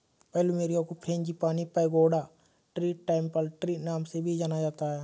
plumeria को frangipani, pagoda tree, temple tree नाम से भी जाना जाता है